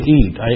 eat